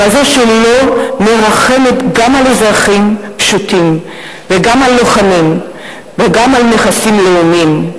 כזו שלא מרחמת גם על אזרחים פשוטים וגם על לוחמים וגם על נכסים לאומיים.